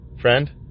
friend